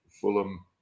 Fulham